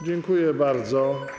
Dziękuję bardzo.